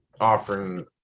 offering